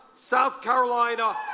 south carolina,